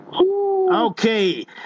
Okay